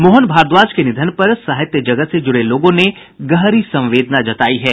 मोहन भारद्वाज के निधन पर साहित्य जगत से जुड़े लोगों ने गहरी संवेदना जतायी है